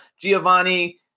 Giovanni